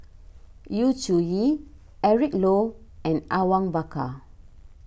Yu Zhuye Eric Low and Awang Bakar